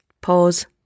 Pause